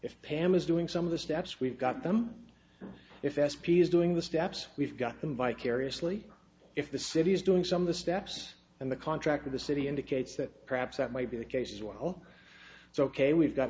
if pam is doing some of the steps we've got them if s p is doing the steps we've got them vicariously if the city is doing some of the steps and the contract of the city indicates that perhaps that might be the case as well so ok we've got